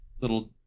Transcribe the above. little